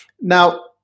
Now